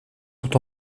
sont